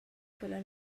quella